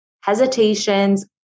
hesitations